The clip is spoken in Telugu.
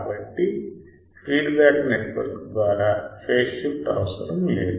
కాబట్టి ఫీడ్బ్యాక్ నెట్వర్క్ ద్వారా ఫేజ్ షిఫ్ట్ అవసరం లేదు